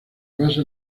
basa